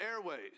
airways